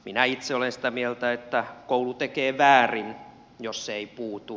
minä itse olen sitä mieltä että koulu tekee väärin jos ei puutu